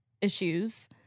issues